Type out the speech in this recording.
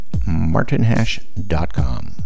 martinhash.com